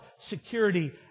security